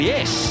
Yes